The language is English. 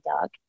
dog